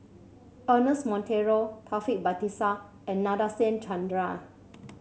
Ernest Monteiro Taufik Batisah and Nadasen Chandra